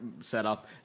setup